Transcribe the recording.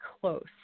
close